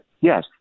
yes